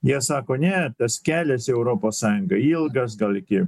jie sako ne tas kelias į europos sąjungą ilgas gal iki